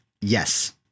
Yes